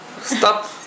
Stop